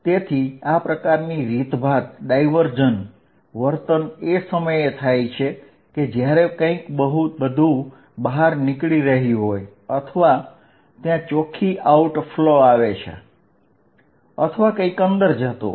તેથી આ પ્રકારની રીતભાત ડાયવર્જન્સ વર્તન એ સમયે થાય છે કે જ્યારે કંઇક બધું બહાર નીકળી રહ્યું હોય અથવા ત્યાં ચોખ્ખી આઉટફ્લો આવે છે અથવા કંઈક અંદર જતું હોય